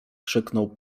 krzyknął